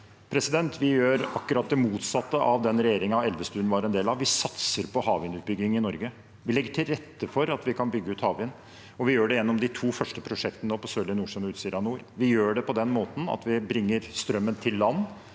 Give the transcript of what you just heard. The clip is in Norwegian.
Vi gjør akkurat det motsatte av det den regjeringen Elvestuen var en del av, gjorde. Vi satser på havvindutbygging i Norge. Vi legger til rette for å bygge ut havvind, og vi gjør det gjennom de to første prosjektene på Sørlige Nordsjø og Utsira Nord. Vi gjør det på den måten at vi bringer strømmen til land.